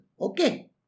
Okay